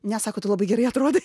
ne sako tu labai gerai atrodai